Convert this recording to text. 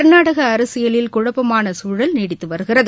கர்நாடகஅரசியலில் குழப்பமானசூழல் நீடித்துவருகிறது